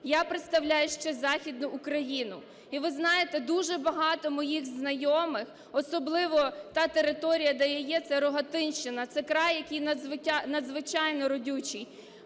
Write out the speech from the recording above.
Я представляю ще Західну Україну. І ви знаєте, дуже багато моїх знайомих, особливо та територія, де я є, це Рогатинщина, це край, який надзвичайно родючий.